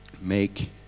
Make